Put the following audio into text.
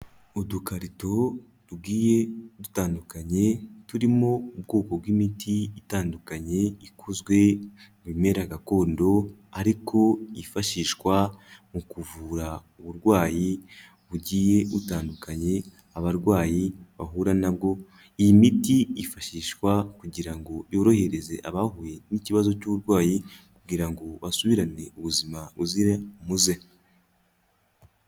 Udukarito tugiye dutandukanye turimo ubwoko bw'imiti itandukanye ikozwe mubimera gakondo ariko yifashishwa mu kuvura uburwayi bugiye butandukanye abarwayi bahura nabwo. Iyi miti yifashishwa kugira ngo yorohereze abahuye n'ikibazo cy'uburwayi kugira ngo basubirane ubuzima buzira umuze.